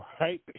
right